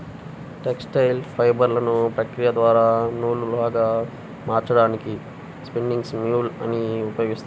textile ఫైబర్లను ప్రక్రియ ద్వారా నూలులాగా మార్చడానికి స్పిన్నింగ్ మ్యూల్ ని ఉపయోగిస్తారు